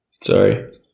Sorry